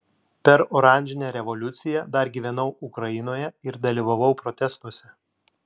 per oranžinę revoliuciją dar gyvenau ukrainoje ir dalyvavau protestuose